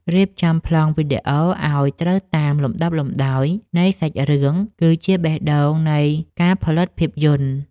រៀបចំប្លង់វីដេអូឱ្យត្រូវតាមលំដាប់លំដោយនៃសាច់រឿងគឺជាបេះដូងនៃការផលិតភាពយន្ត។